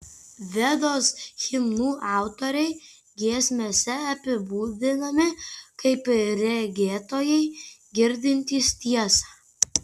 vedos himnų autoriai giesmėse apibūdinami kaip regėtojai girdintys tiesą